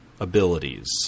abilities